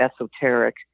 esoteric